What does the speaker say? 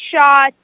shot